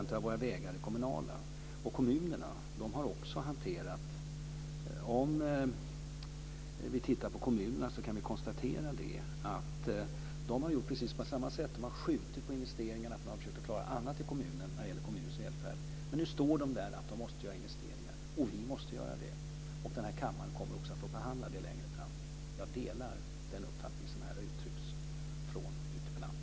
Av våra vägar är 40 % kommunala. Vi kan konstatera att kommunerna har skjutit på investeringarna och försökt att klara annat inom kommunens välfärd. Nu är de i ett läge där de måste göra investeringar. Vi måste också göra det. Det kommer denna kammare att få behandla längre fram. Jag delar den uppfattning som interpellanten har uttryckt.